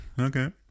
Okay